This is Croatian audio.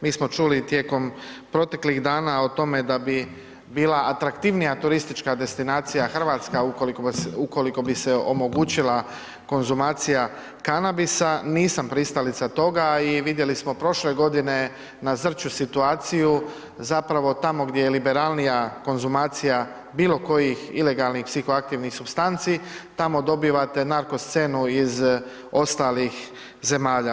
Mi smo čuli tijekom proteklih dana o tome da bi bila atraktivnija turistička destinacija Hrvatska ukoliko bi se omogućila konzumacija kanabisa, nisam pristalica toga i vidjeli smo prošle godine na Zrću situaciju, zapravo tamo gdje je liberalnija konzumacija bilo kojih ilegalnih psihoaktivnih supstanci tamo dobivate narko scenu iz ostalih zemalja.